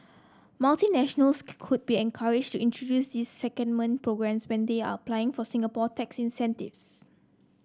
multinationals could be encouraged to introduce these secondment programmes when they are applying for Singapore tax incentives